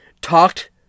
talked